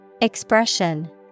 Expression